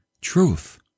truth